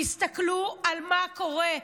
תסתכלו על מה שקורה.